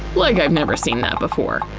like i've never seen that before.